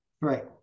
Right